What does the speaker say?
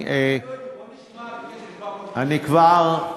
בוא נשמע על התקציב של 750. אני כבר,